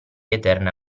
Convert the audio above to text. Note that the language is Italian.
eterna